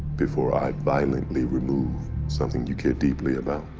before i violently remove something you care deeply about.